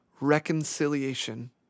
reconciliation